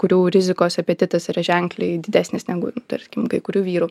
kurių rizikos apetitas yra ženkliai didesnis negu tarkim kai kurių vyrų